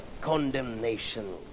condemnation